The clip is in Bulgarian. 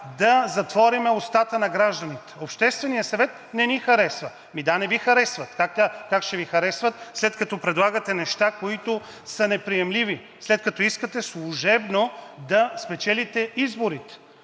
да затворим устата на гражданите. Общественият съвет не ни хареса. Ами да, не Ви харесва. Как ще Ви харесва, след като предлагате неща, които са неприемливи, след като искате служебно да спечелите изборите?